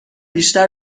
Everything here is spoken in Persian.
بیشتر